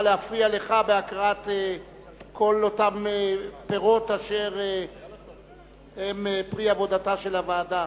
להפריע לך בהקראת כל אותם פירות אשר הם פרי עבודתה של הוועדה.